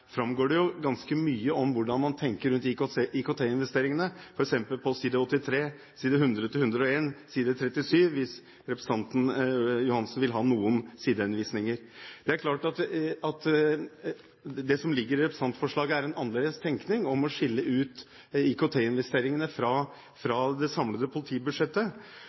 framgår det ganske mye om hvordan man tenker rundt IKT-investeringene, f.eks. på side 83, sidene 100 og 101 og side 37, hvis representanten Ørsal Johansen vil ha noen sidehenvisninger Det som ligger i representantforslaget, er en annerledes tenkning om å skille ut IKT-investeringene fra det samlede politibudsjettet.